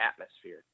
atmosphere